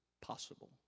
possible